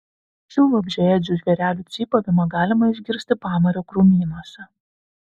šių vabzdžiaėdžių žvėrelių cypavimą galima išgirsti pamario krūmynuose